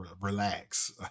relax